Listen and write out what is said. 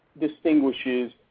distinguishes –